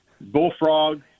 Bullfrog